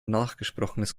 nachgesprochenes